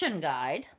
guide